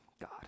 God